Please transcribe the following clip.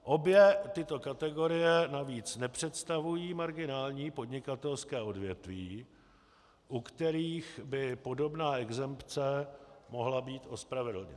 Obě tyto kategorie navíc nepředstavují marginální podnikatelské odvětví, u kterých by podobná exempce mohla být ospravedlněna.